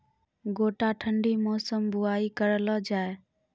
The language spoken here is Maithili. गोटा ठंडी मौसम बुवाई करऽ लो जा?